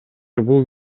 бул